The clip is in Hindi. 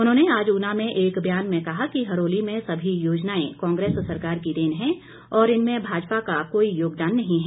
उन्होंने आज उना में एक बयान में कहा कि हरोली में सभी योजनाएं कांग्रेस सरकार की देन है और इनमें भाजपा का कोई योगदान नहीं है